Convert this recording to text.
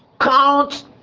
count